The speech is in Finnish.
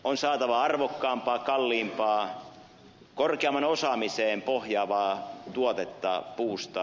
on saatava arvokkaampaa kalliimpaa korkeampaan osaamiseen pohjaavaa tuotetta puusta